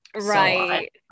Right